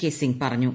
K Singh പറഞ്ഞു